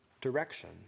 direction